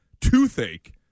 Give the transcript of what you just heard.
toothache